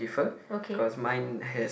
okay